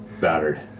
battered